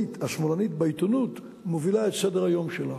השמאלנית בעיתונות מובילה את סדר-היום שלה